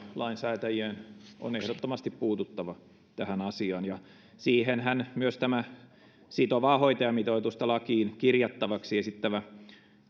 lainsäätäjien on ehdottomasti puututtava tähän asiaan siihenhän myös tämä sitovaa hoitajamitoitusta lakiin kirjattavaksi esittävä